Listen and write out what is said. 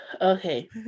okay